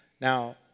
Now